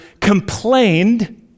complained